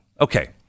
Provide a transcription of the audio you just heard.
Okay